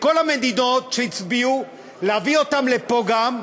לכל המדינות שהצביעו, להביא אותן לפה, גם,